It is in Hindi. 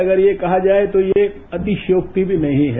अगर यह कहा जाए तो ये अतिशयोक्ति भी नहीं है